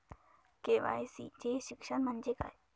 KYC चे शिक्षण म्हणजे काय?